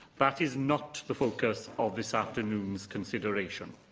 that is not the focus of this afternoon's consideration.